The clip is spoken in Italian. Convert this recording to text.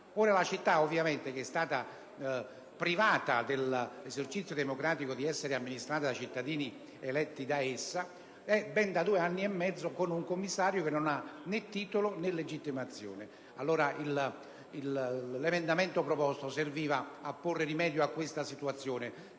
La città, privata dell'esercizio democratico di essere amministrata da cittadini eletti da essa, è da ben due anni e mezzo con un commissario, che non ha né titolo né legittimazione. L'emendamento proposto serviva a porre rimedio a questa situazione;